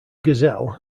gazelle